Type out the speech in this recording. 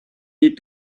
need